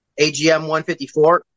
agm-154